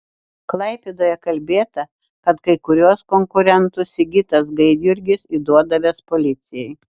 klaipėdoje kalbėta kad kai kuriuos konkurentus sigitas gaidjurgis įduodavęs policijai